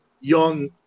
young